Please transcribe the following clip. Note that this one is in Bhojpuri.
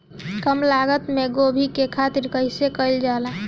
कम लागत मे गोभी की खेती कइसे कइल जाला?